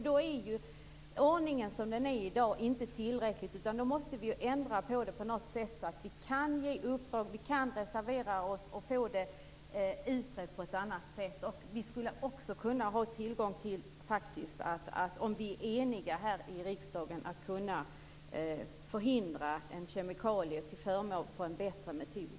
Då är den ordning vi har i dag inte tillräcklig, utan vi måste ändra på den på något sätt, så att vi kan ge uppdrag, så att vi kan reservera oss och få frågorna utredda på ett annat sätt. Om vi är eniga här i riksdagen borde vi också ha en möjlighet att förhindra användningen av en kemikalie, till förmån för en bättre metod.